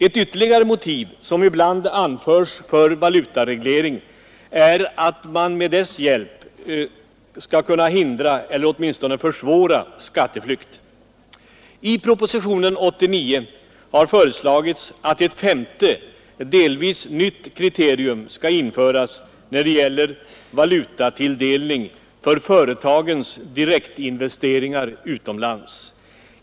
Ett ytterligare motiv som ibland anförs för valutareglering är att man med dess hjälp skall kunna hindra eller åtminstone försvåra skatteflykt. I propositionen 89 har föreslagits att ett femte, delvis nytt kriterium skall införas när det gäller valutatilldelning för företagens direktinvesteringar utomlands.